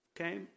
Okay